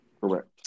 correct